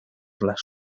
las